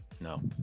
no